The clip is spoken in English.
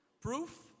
Proof